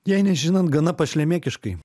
jai nežinant gana pašlemėkiškai